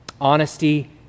Honesty